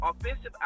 offensive